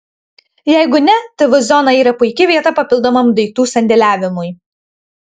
jeigu ne tv zona yra puiki vieta papildomam daiktų sandėliavimui